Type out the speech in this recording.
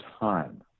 time